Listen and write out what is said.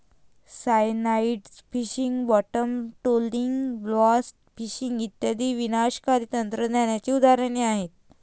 cyanide fishing, bottom trawling, blast fishing इत्यादी विनाशकारी तंत्रज्ञानाची उदाहरणे आहेत